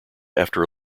after